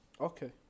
Okay